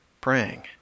praying